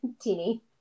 teeny